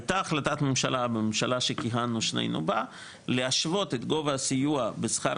הייתה החלטת ממשלה בממשלה שכיהנו שנינו בה להשוותך את גובה הסיוע בשכר